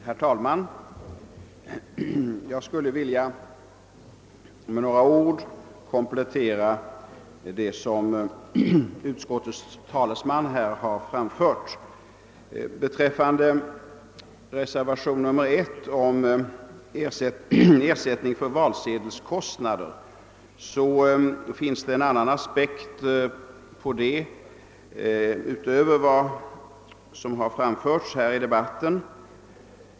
Herr talman! Jag skulle med några ord vilja komplettera vad utskottets talesman här har anfört. När det gäller reservationen 1 beträffande ersättning för valsedelskostnader vill jag framhålla att det finns en aspekt på detta som inte har framförts här i debatten.